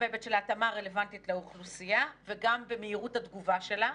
בהיבט של ההתאמה הרלוונטית לאוכלוסייה וגם במהירות התגובה שלה.